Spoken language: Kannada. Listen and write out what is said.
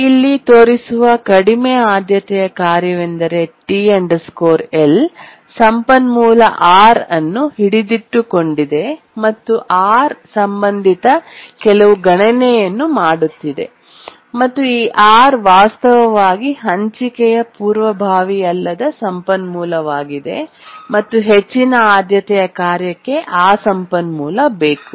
ಇಲ್ಲಿ ತೋರಿಸಿರುವ ಕಡಿಮೆ ಆದ್ಯತೆಯ ಕಾರ್ಯವೆಂದರೆ T L ಸಂಪನ್ಮೂಲ R ಅನ್ನು ಹಿಡಿದಿಟ್ಟುಕೊಂಡಿದೆ ಮತ್ತು ಆರ್ ಸಂಬಂಧಿತ ಕೆಲವು ಗಣನೆಯನ್ನು ಮಾಡುತ್ತಿದೆ ಮತ್ತು ಈ R ವಾಸ್ತವವಾಗಿ ಹಂಚಿಕೆಯ ಪೂರ್ವಭಾವಿ ಅಲ್ಲದ ಸಂಪನ್ಮೂಲವಾಗಿದೆ ಮತ್ತು ಹೆಚ್ಚಿನ ಆದ್ಯತೆಯ ಕಾರ್ಯಕ್ಕೆ ಆ ಸಂಪನ್ಮೂಲ ಬೇಕು